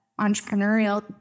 entrepreneurial